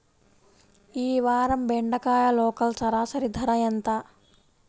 ఈ వారం బెండకాయ లోకల్ సరాసరి ధర ఎంత?